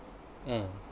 mm